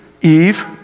Eve